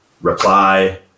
reply